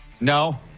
no